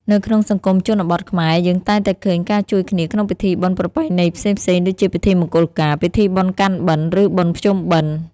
នៅក្នុងសង្គមជនបទខ្មែរ យើងតែងតែឃើញការជួយគ្នាក្នុងពិធីបុណ្យប្រពៃណីផ្សេងៗដូចជាពិធីមង្គលការ ពិធីបុណ្យកាន់បិណ្ឌ ឬបុណ្យភ្ជុំបិណ្ឌ។